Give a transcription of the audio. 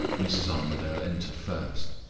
mrs. armadale entered first.